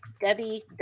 Debbie